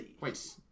wait